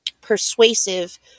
persuasive